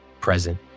present